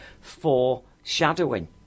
foreshadowing